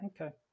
okay